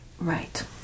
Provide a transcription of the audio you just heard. Right